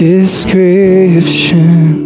description